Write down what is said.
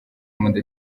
munda